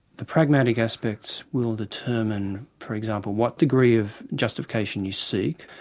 the pragmatic aspects will determine for example, what degree of justification you seek,